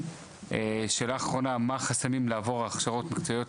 שאלה אחרונה, מה החסמים לעבור הכשרות מקצועיות,